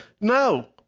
No